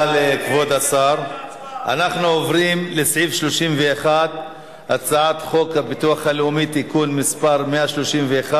אנחנו עוברים להצבעה בקריאה שלישית.